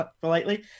politely